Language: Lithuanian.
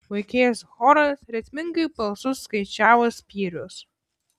vaikėzų choras ritmingai balsu skaičiavo spyrius